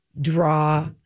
draw